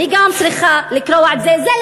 אני גם צריכה לקרוע את זה.